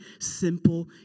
simple